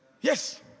Yes